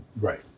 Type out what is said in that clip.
Right